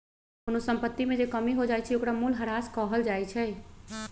कोनो संपत्ति में जे कमी हो जाई छई ओकरा मूलहरास कहल जाई छई